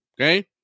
Okay